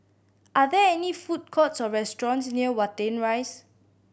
are there any food courts or restaurants near Watten Rise